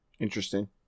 Interesting